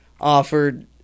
offered